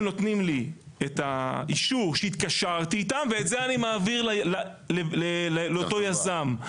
הם נותנים לי את האישור שהתקשרתי איתם ואת זה אני מעביר לאותו יזם.